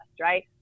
right